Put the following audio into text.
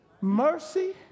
mercy